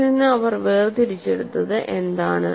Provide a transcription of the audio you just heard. അതിൽ നിന്ന് അവർ വേർതിരിച്ചെടുത്തത് എന്താണ്